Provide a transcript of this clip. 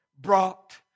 brought